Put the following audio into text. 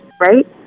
Right